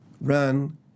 run